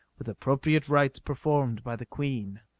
with appropriate rites performed by the queen.